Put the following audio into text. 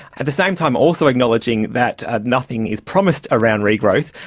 at the same time, also acknowledging that ah nothing is promised around regrowth.